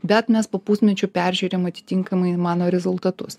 bet mes po pusmečio peržiūrim atitinkamai mano rezultatus